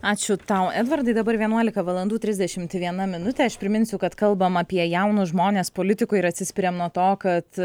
ačiū tau edvardai dabar vienuolika valandų trisdešim viena minutė aš priminsiu kad kalbam apie jaunus žmones politikoje ir atsispiriam nuo to kad